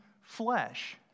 flesh